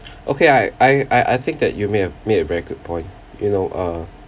okay I I I I think that you made a made a very good point you know uh